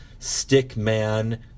Stickman